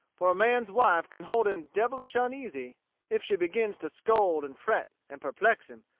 for a man's wife can hold him devilish uneasy if she begins to scold and fret, and perplex him,